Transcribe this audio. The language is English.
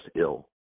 ill